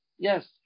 Yes